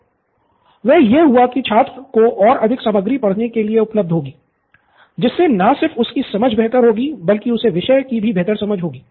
सिद्धार्थ वह यह हुआ की छात्र को और अधिक सामग्री पढ़ने के लिए उपलब्ध होगी जिससे न सिर्फ उसकी समझ बेहतर होगी बल्कि उसे विषय की भी बेहतर समझ होगी